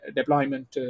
Deployment